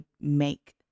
make